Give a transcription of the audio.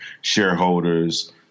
shareholders